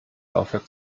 laufwerk